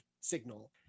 signal